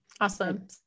Awesome